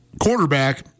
quarterback